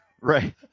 right